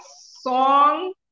song